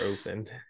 opened